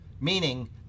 meaning